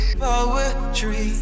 poetry